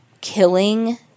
killing